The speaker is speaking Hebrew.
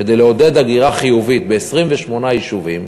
כדי לעודד הגירה חיובית ב-28 יישובים,